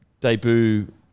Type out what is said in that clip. debut